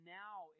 now